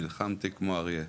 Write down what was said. נלחמתי כמו אריה.